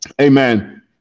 Amen